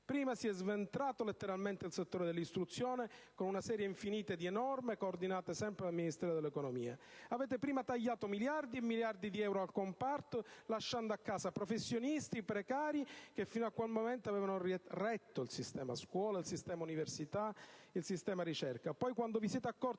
Prima si è sventrato letteralmente il settore dell'istruzione, con una serie infinite di norme coordinate sempre dal Ministero dell'economia; avete prima tagliato miliardi e miliardi di euro al comparto, lasciando a casa professionisti e precari che fino a quel momento avevano retto il sistema scuola, il sistema università, il sistema ricerca. Poi, quando vi siete accorti